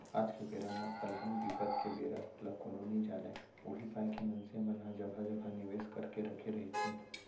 आज के बेरा म अलहन बिपत के बेरा ल कोनो नइ जानय उही पाय के मनसे मन ह जघा जघा निवेस करके रखे रहिथे